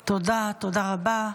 תודה, תודה רבה.